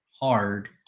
hard